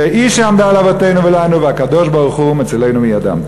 והיא שעמדה לאבותינו ולנו והקדוש-ברוך-הוא מצילנו מידם.